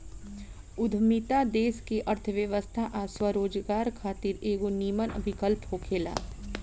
उद्यमिता देश के अर्थव्यवस्था आ स्वरोजगार खातिर एगो निमन विकल्प होखेला